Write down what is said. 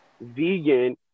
vegan